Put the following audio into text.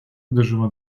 uderzyła